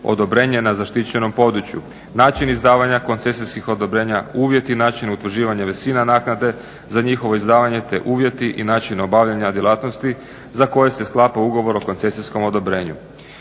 na zaštićenom području. Način izdavanja koncesijskih odobrenja, uvjeti i način utvrđivanja visina naknade za njihovo izdavanje te uvjeti i način obavljanja djelatnosti za koje se sklapa ugovor o koncesijskom odobrenju.